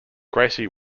gracie